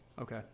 Okay